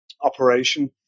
operation